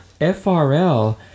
FRL